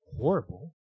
horrible